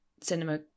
cinema